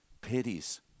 pities